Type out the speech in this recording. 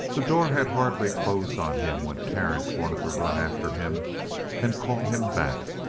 the door had hardly closed on him when terence wanted to run after him and call him back.